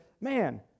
man